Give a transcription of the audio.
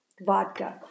vodka